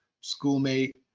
schoolmate